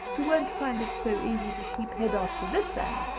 you won't find it so easy to keep head after this, anne.